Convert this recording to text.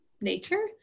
nature